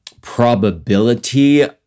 probability